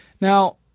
Now